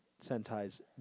Sentai's